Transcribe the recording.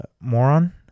moron